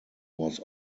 was